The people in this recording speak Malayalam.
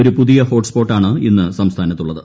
ഒരു പുതിയ ഹോട്ട് സ്പോട്ടാണ് ഇന്ന് സംസ്ഥാനത്ത് ഉള്ളത്